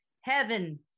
Heaven